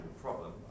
problem